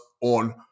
on